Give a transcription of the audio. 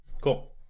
Cool